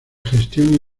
gestión